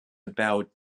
about